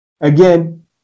Again